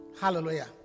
Hallelujah